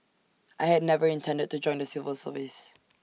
I had never intended to join the civil service